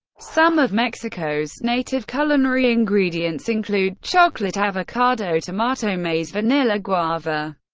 some of mexico's native culinary ingredients include chocolate, avocado, tomato, maize, vanilla, guava,